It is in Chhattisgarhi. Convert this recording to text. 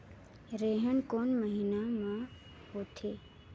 रेहेण कोन महीना म होथे?